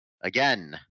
Again